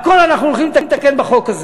הכול אנחנו הולכים לתקן בחוק הזה.